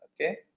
Okay